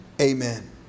Amen